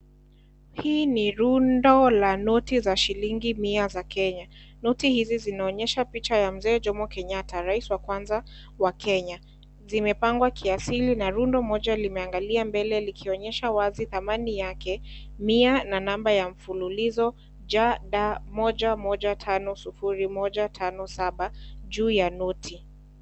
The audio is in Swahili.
Hii ni rundo la noti za shilingi mia za Kenya. Noti hizi zinaonyesha picha ya mzee Jomo Kenyatta, rais wa kwanza wa Kenya. Zimepangwa kiasili na rundo moja limeangalia mbele likonyesha wazi thamani yake mia na namba ya mfululizo J D moja moja tano sufuri moja tano saba juu ya noti.